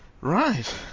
Right